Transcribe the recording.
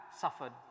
suffered